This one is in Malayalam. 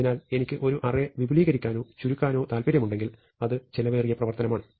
അതിനാൽ എനിക്ക് ഒരു അറേ വിപുലീകരിക്കാനോ ചുരുക്കാനോ താൽപ്പര്യമുണ്ടെങ്കിൽ അത് ചെലവേറിയ പ്രവർത്തനമാണ്